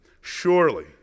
Surely